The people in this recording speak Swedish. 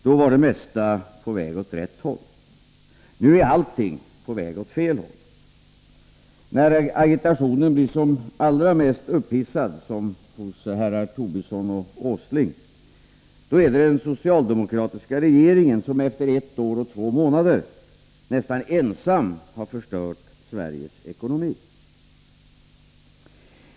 Då var det mesta på väg åt rätt håll. Nu är allt på väg åt fel håll. När agitationen blir som allra mest upphissad, som då det gäller herrarna Tobisson och Åsling, är det den socialdemokratiska regeringen som efter ett år och två månader nästan ensam har förstört Sveriges ekonomi.